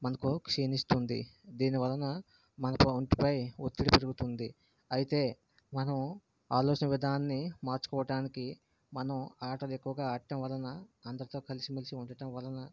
మనకు క్షీణిస్తుంది దీని వలన మనకు ఒంటిపై ఒత్తిడి పెరుగుతుంది అయితే మనం ఆలోచన విధానాన్ని మార్చోకోవడానికి మనం ఆటలు ఎక్కువ ఆడటం వలన అందరితో కలిసిమెలిసి ఉండటం వలన